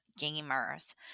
gamers